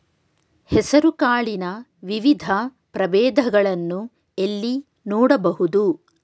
ಹೆಸರು ಕಾಳಿನ ವಿವಿಧ ಪ್ರಭೇದಗಳನ್ನು ಎಲ್ಲಿ ನೋಡಬಹುದು?